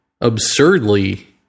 absurdly